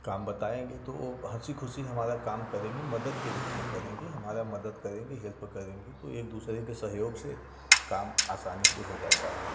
काम बताएंगे तो वो हंसी खुशी हमारा काम करेंगी मदद के रूप में करेंगी हमारा मदद करेंगी हेल्प करेंगी तो एक दूसरे के सहयोग से काम आसानी से हो जाता है